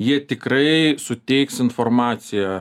jie tikrai suteiks informaciją